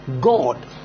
God